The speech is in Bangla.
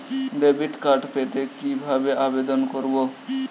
ডেবিট কার্ড পেতে কি ভাবে আবেদন করব?